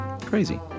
Crazy